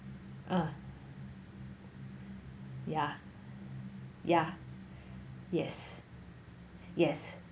ah ya ya yes yes